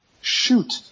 shoot